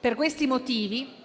Per questi motivi